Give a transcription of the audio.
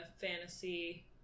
Fantasy